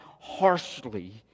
harshly